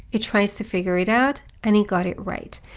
it tries to figure it out and it got it right.